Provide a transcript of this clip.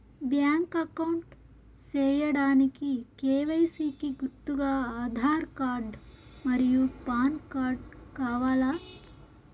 Bank account సేయడానికి KYC కి గుర్తుగా ఆధార్ కార్డ్ మరియు పాన్ కార్డ్ కావాలా?